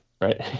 right